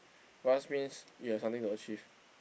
rush means you have something to achieve